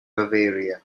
bavaria